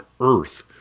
earth